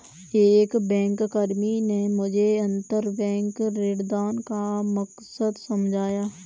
एक बैंककर्मी ने मुझे अंतरबैंक ऋणदान का मकसद समझाया